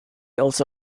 also